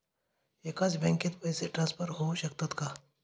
एकाच बँकेत पैसे ट्रान्सफर होऊ शकतात का?